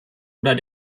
oder